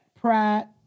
pride